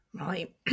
right